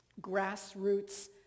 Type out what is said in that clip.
grassroots